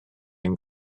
ein